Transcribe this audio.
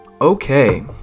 Okay